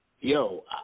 yo